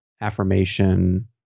affirmation